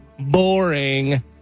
boring